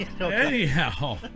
Anyhow